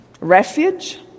Refuge